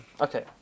Okay